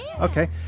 Okay